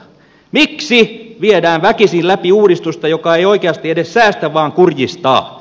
miksi viedään väkisin läpi uudistusta joka ei oikeasti edes säästä vaan kurjistaa